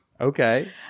Okay